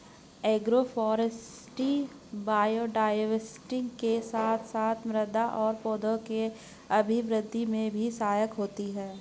agroforestry biodiversity के साथ साथ मृदा और पौधों के अभिवृद्धि में भी सहायक होती है